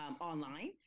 online